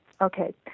okay